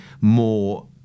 more